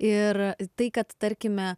ir tai kad tarkime